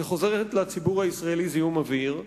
שחוסכת לציבור הישראלי זיהום אוויר,